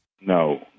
No